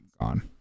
gone